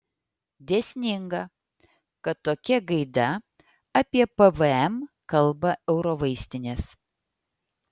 dėsninga kad tokia gaida apie pvm kalba eurovaistinės